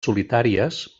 solitàries